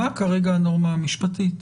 מה כרגע הנורמה המשפטית?